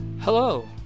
Hello